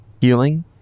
healing